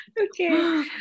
Okay